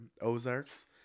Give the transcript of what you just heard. Ozarks